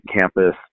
campus